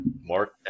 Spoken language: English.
Mark